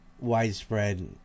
widespread